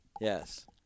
Yes